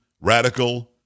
radical